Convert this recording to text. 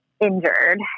injured